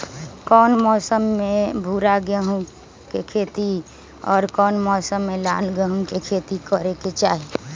कौन मौसम में भूरा गेहूं के खेती और कौन मौसम मे लाल गेंहू के खेती करे के चाहि?